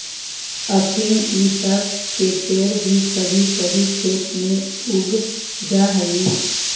अफीम इ सब के पेड़ भी कभी कभी खेत में उग जा हई